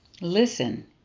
Listen